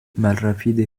malrapide